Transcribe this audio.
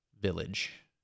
village